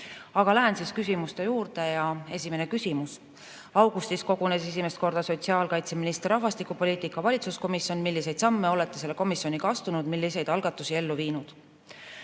Aga lähen siis küsimuste juurde. Esimene küsimus: "Augustis kogunes esimest korda sotsiaalkaitseministri rahvastikupoliitika valitsuskomisjon. Milliseid samme olete selle komisjoniga astunud, milliseid algatusi ellu viinud?"